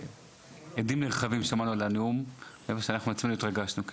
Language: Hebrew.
שמענו הדים נרחבים על הנאום שלך ואנחנו בעצמנו התרגשנו.